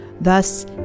Thus